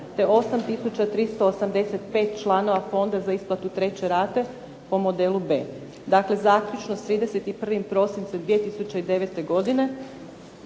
385 članova fonda za isplatu treće rate po modelu B. Dakle zaključno s 31. prosincem 2009. godine